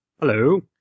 Hello